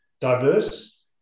diverse